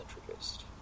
introduced